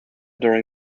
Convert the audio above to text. during